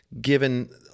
given